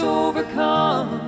overcome